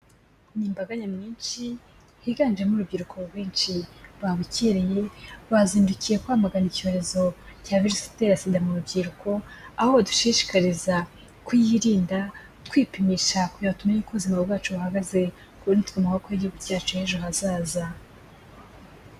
Ni imbaga nyamwinshi higanjemo urubyiruko rwinshi, babukereye bazindukiye kwamagana icyorezo cya virusi itera SIDA mu rubyiruko, ahobadushishikariza kuyirinda, kwipimisha, kugira ngo tumenye uko ubuzima bwacu buhagaze kuko ni twe maboko y'igihugu cyacu cy'ejo hazaza.